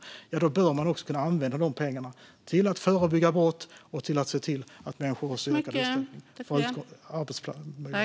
När vi nu gör detta bör man också kunna använda dessa pengar till att förebygga brott och till att se till att människor får möjligheter till försörjning och arbetstillfällen.